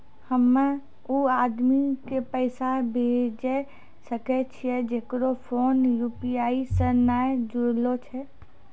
हम्मय उ आदमी के पैसा भेजै सकय छियै जेकरो फोन यु.पी.आई से नैय जूरलो छै?